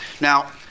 Now